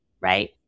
right